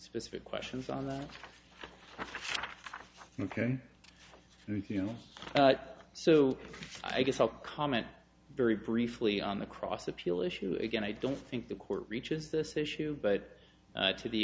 specific questions on the ok ruth you know so i guess i'll comment very briefly on the cross appeal issue again i don't think the court reaches this issue but to the